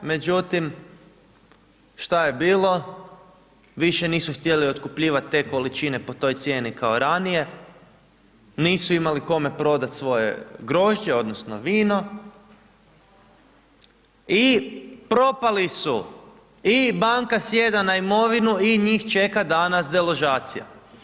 E međutim, šta je bilo, više nisu htjeli otkupljivat te količine po toj cijeni kao ranije, nisu imali kome prodat svoje grožđe odnosno vino i propali su i banka sjeda na imovinu i njih čeka danas deložacija.